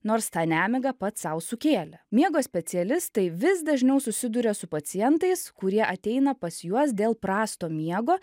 nors tą nemigą pats sau sukėlė miego specialistai vis dažniau susiduria su pacientais kurie ateina pas juos dėl prasto miego